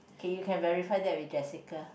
K you can verify that with Jessica